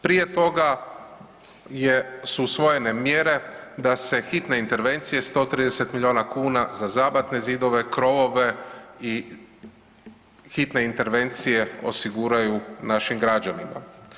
Prije toga je, su usvojene mjere da se hitne intervencije 130 milijuna kuna za zabatne zidove, krovove i hitne intervencije osiguraju našim građanima.